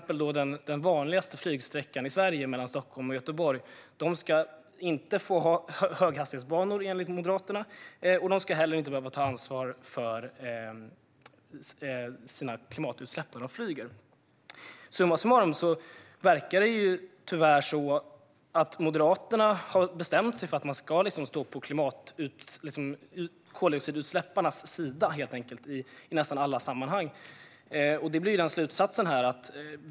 På den vanligaste flygsträckan i Sverige, mellan Stockholm och Göteborg, ska de till exempel inte få ha höghastighetsbanor enligt Moderaterna, och de ska heller inte behöva ta ansvar för sina klimatutsläpp när de flyger. Summa summarum verkar Moderaterna tyvärr ha bestämt sig för att stå på koldioxidutsläpparnas sida i nästan alla sammanhang. Det blir slutsatsen här.